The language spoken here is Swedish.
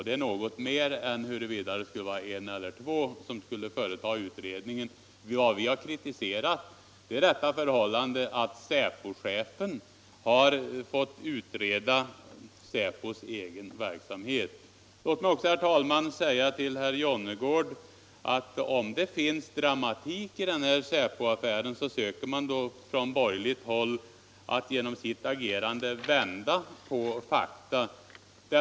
Det är något mer än om en eller två personer gör en utredning! Vad vi har kritiserat är det förhållandet att säpochefen har fått utreda säpos egen verksamhet. Låt mig också, herr talman, säga till herr Jonnergård: Om det finns dramatik i den här affären söker man från borgerligt håll vända på fakta.